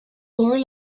gore